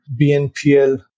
BNPL